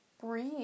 Breathe